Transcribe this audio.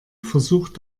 versucht